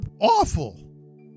awful